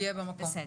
בסדר.